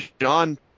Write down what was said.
John